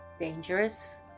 dangerous